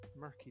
murky